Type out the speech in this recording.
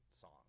song